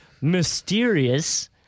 mysterious